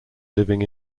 living